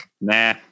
Nah